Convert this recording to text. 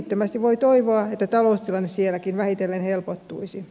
vilpittömästi voi toivoa että taloustilanne sielläkin vähitellen helpottuisi